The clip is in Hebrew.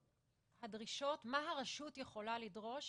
מה הרשות יכולה לדרוש